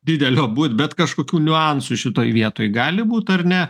didelio būt bet kažkokių niuansų šitoj vietoj gali būt ar ne